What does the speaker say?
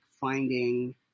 finding